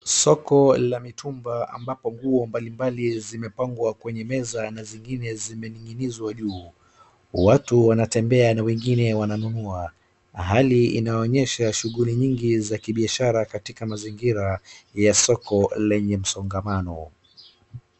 Soko la mitumba ambapo nguo mbalimbali zimepangwa kwenye meza na zingine zimening'inizwa juu, watu wanatembea na wengine wananunua. Hali inaonyesha shughuli nyingi za kibiashara katika mazingira ya soko lenye msongamano.